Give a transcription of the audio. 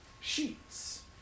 sheets